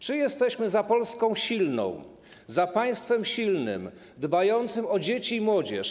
Czy jesteśmy za Polską silną, za państwem silnym, dbającym o dzieci i młodzież?